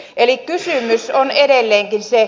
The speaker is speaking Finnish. eli kysymys on edelleenkin